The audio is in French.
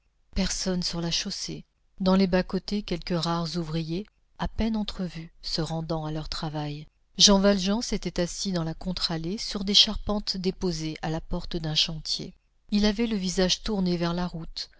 personne sur la chaussée dans les bas côtés quelques rares ouvriers à peine entrevus se rendant à leur travail jean valjean s'était assis dans la contre-allée sur des charpentes déposées à la porte d'un chantier il avait le visage tourné vers la route